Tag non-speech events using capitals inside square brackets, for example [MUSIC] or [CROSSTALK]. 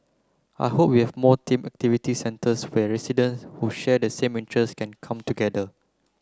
I hope we have more [UNINTELLIGIBLE] activity centres where residents who share the same interests can come together